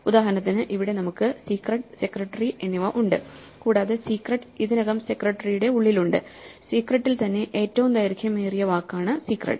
ഉദാഹരണത്തിന് ഇവിടെ നമുക്ക് secretsecretary എന്നിവ ഉണ്ട് കൂടാതെ secret ഇതിനകം secretary ടെ ഉള്ളിലുണ്ട് secret ൽ തന്നെ ഏറ്റവും ദൈർഘ്യമേറിയ വാക്കാണ് secret